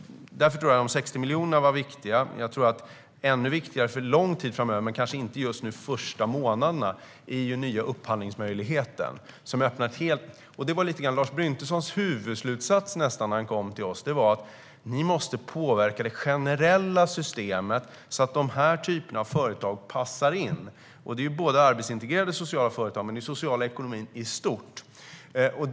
Därför tror jag att de 60 miljonerna var viktiga. Jag tror att ännu viktigare för lång tid framöver men kanske inte just nu, de första månaderna, är den nya upphandlingsmöjligheten. Det var nästan Lars Bryntessons huvudslutsats när han kom till oss: Ni måste påverka det generella systemet, så att de här typerna av företag passar in. Det handlar om arbetsintegrerande sociala företag, men det handlar också om den sociala ekonomin i stort.